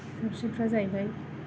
ओंख्रिफोरा जाहैबाय